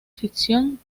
ficción